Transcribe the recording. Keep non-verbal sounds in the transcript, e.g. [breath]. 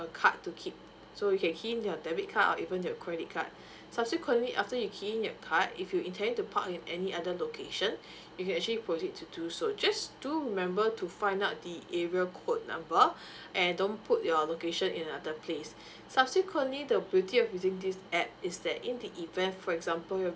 a card to keep so you can key in in your debit card or even your credit card [breath] subsequently after you key in your card if you intending to park in any other location [breath] you can actually proceed to do so just do remember to find out the area code number [breath] and don't put your location in another place [breath] subsequently the beauty of using this app is that in the event for example your